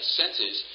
senses